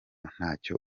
ntacyo